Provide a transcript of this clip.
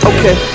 Okay